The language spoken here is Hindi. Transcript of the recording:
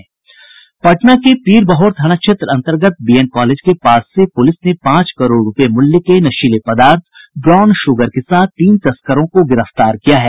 पटना के पीरबहोर थाना क्षेत्र अन्तर्गत बीएन कॉलेज के पास से पुलिस ने पांच करोड़ रूपये मूल्य के नशीले पदार्थ ब्राउन शुगर के साथ तीन तस्करों को गिरफ्तार किया है